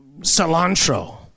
cilantro